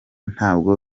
ntabwo